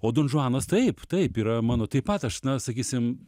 o donžuanas taip taip yra mano taip pat aš na sakysim